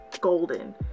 golden